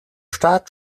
start